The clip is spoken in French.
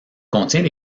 contient